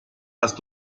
hast